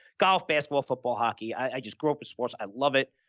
golf, basketball, football, hockey. i just grew up with sports. i love it.